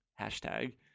hashtag